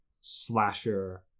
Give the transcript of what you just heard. slasher